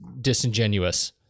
disingenuous